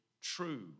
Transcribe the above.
true